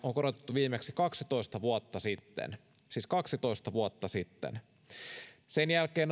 viimeksi kaksitoista vuotta sitten siis kaksitoista vuotta sitten sen jälkeen